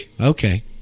Okay